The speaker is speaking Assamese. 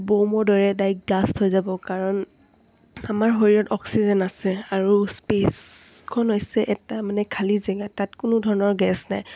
ব'মৰ দৰে ডাইক ব্লাষ্ট হৈ যাব কাৰণ আমাৰ শৰীৰত অক্সিজেন আছে আৰু স্পেচখন হৈছে এটা মানে খালী জেগা তাত কোনো ধৰণৰ গেছ নাই